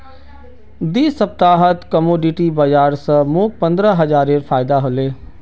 दी सप्ताहत कमोडिटी बाजार स मोक पंद्रह हजारेर फायदा हले